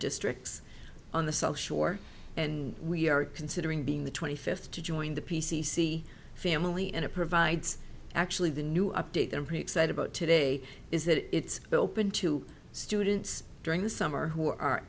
districts on the south shore and we are considering being the twenty fifth to join the p c c family and it provides actually the new update them pretty excited about today is that it's open to students during the summer who are